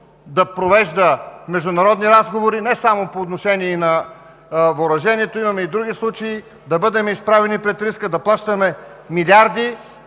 да провежда международни разговори – не само по отношение на въоръжението, имаме и други случаи – да бъдем изправени пред риска да плащаме милиарди,